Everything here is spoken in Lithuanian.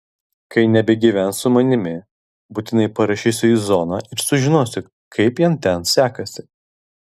kai nebegyvens su manimi būtinai parašysiu į zoną ir sužinosiu kaip jam ten sekasi